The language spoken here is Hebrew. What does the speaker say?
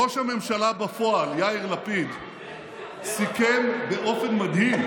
ראש הממשלה בפועל יאיר לפיד סיכם באופן מדהים,